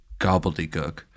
gobbledygook